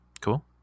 Cool